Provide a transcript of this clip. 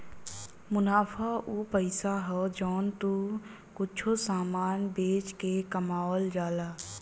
मुनाफा उ पइसा हौ जौन तू कुच्छों समान बेच के कमावल जाला